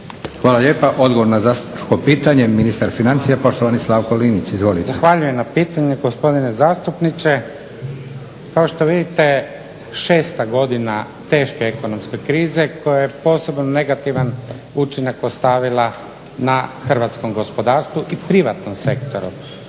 Hvala lijepa. Odgovor na zastupničko pitanje, ministar financija poštovani Slavko Linić. Izvolite. **Linić, Slavko (SDP)** Zahvaljujem na pitanju gospodine zastupniče. Kao što vidite šesta godina teške ekonomske krize koja je posebno negativan učinak ostavila na hrvatskom gospodarstvu i privatnom sektoru,